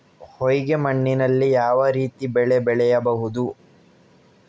ಹೊಯ್ಗೆ ಮಣ್ಣಿನಲ್ಲಿ ಯಾವ ಬೆಳೆ ಬೆಳೆಯಬಹುದು?